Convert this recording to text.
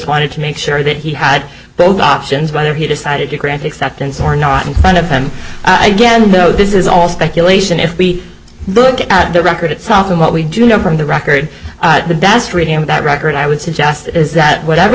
wanted to make sure that he had both options whether he decided to grant acceptance or not in front of him again though this is all speculation if we look at the record itself and what we do know from the record the best reading of that record i would suggest is that whatever